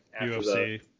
UFC